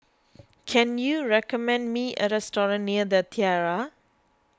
can you recommend me a restaurant near the Tiara